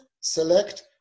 select